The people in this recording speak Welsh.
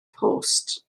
post